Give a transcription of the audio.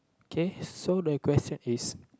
okay so the question is